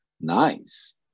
Nice